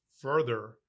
Further